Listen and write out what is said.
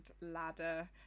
ladder